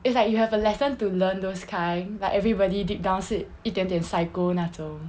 it's like you have a lesson to learn those kind like everybody deep down 是一点点 psycho 那种